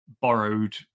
borrowed